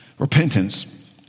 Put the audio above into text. Repentance